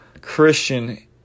Christian